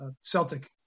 Celtic